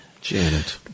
Janet